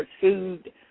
pursued